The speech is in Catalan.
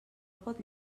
pot